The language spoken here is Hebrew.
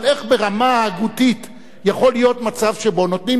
אבל איך ברמה ההגותית יכול להיות מצב שבו נותנים